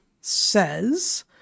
says